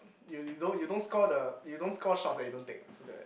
you you don't you don't score the you don't score shots eh then you don't take eh so that